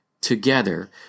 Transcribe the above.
together